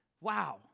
Wow